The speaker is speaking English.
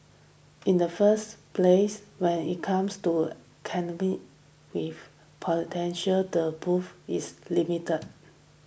in the first place when it comes to candy with potential the pool is limited